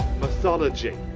mythology